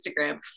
Instagram